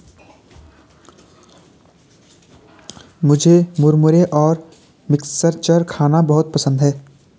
मुझे मुरमुरे और मिक्सचर खाना बहुत पसंद है